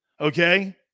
Okay